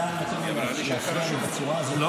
אתה נותן לו להפריע לי בצורה הזאת,